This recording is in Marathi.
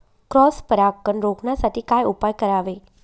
क्रॉस परागकण रोखण्यासाठी काय उपाय करावे?